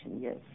yes